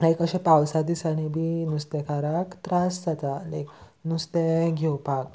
लायक अशें पावसा दिसांनी बी नुस्तेकाराक त्रास जाता लायक नुस्तें घेवपाक